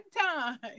time